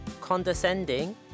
condescending